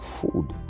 food